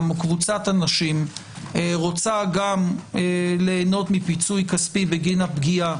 או קבוצת אנשים רוצה גם ליהנות מפיצוי כספי בגין הפגיעה